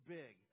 big